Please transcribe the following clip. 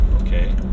Okay